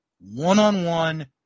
one-on-one